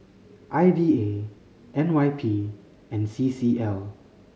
I D A N Y P and C C L